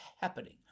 happening